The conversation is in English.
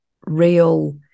real